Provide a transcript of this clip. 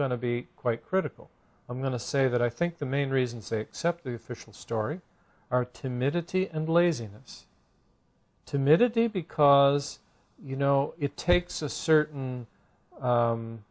going to be quite critical i'm going to say that i think the main reasons they accept the official story are timid of tea and laziness timidity because you know it takes a certain